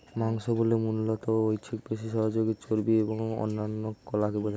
মাংস বলতে মূলত ঐচ্ছিক পেশি, সহযোগী চর্বি এবং অন্যান্য কলাকে বোঝানো হয়